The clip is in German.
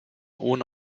ohne